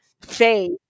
faith